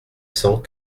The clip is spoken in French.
cent